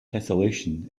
tesselation